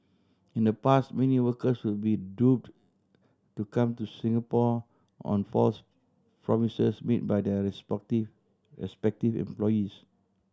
in the past many workers should be duped to come to Singapore on false promises made by their respective respective employees